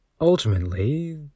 Ultimately